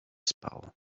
spało